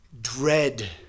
dread